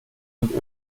und